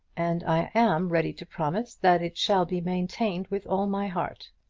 and i am ready to promise that it shall be maintained with all my heart.